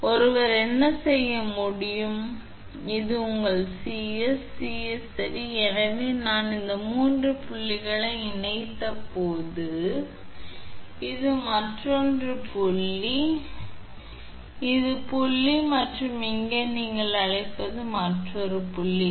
எனவே ஒருவர் என்ன செய்ய முடியும் இது உங்கள் 𝐶𝑠 இது 𝐶𝑠 சரி எனவே நான் இந்த 3 புள்ளிகளை இணைத்தபோது எனவே இது இன்னொன்று இந்த புள்ளி 2 இது 3 இது தான் இந்த புள்ளி மற்றும் இங்கே நீங்கள் அழைப்பது இது மற்றொரு புள்ளி 1